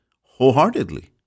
wholeheartedly